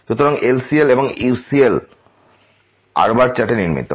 সুতরাং LCL এবং UCL X chart এর জন্য নির্মিত